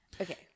Okay